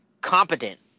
competent